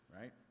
right